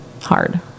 hard